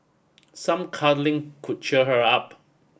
some cuddling could cheer her up